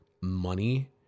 money